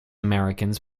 americans